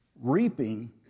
Reaping